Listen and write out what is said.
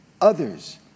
Others